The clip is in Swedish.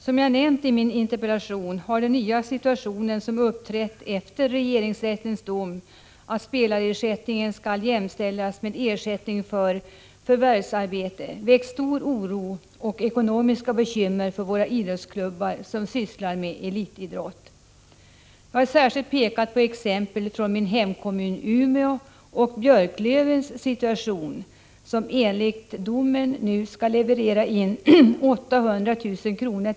Som jag nämnt i min interpellation, har den nya situation som inträtt efter regeringsrättens dom, att spelarersättningen skall jämställas med ersättning för förvärvsarbete, väckt stor oro och ekonomiska bekymmer för klubbar som sysslar med elitidrott. Jag har särskilt pekat på exempel från min hemkommun Umeå och Björklövens situation som enligt domen skall leverera in 800 000 kr.